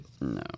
No